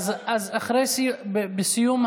בעד.